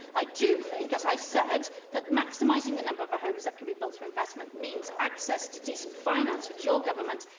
i do think, as i said, that maximising the number of homes that can be built through investment means access to decent finance, which your government,